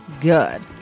good